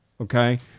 okay